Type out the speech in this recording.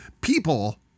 people